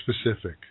specific